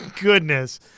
goodness